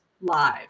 live